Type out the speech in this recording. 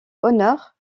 honneurs